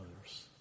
others